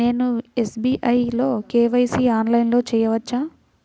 నేను ఎస్.బీ.ఐ లో కే.వై.సి ఆన్లైన్లో చేయవచ్చా?